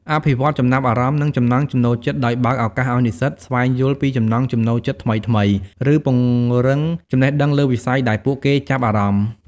អភិវឌ្ឍន៍ចំណាប់អារម្មណ៍ និងចំណង់ចំណូលចិត្ត ដោយបើកឱកាសឱ្យនិស្សិតស្វែងយល់ពីចំណង់ចំណូលចិត្តថ្មីៗ ឬពង្រឹងចំណេះដឹងលើវិស័យដែលពួកគេចាប់អារម្មណ៍។